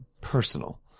Personal